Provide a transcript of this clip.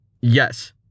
Yes